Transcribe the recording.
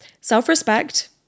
self-respect